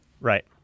Right